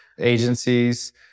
agencies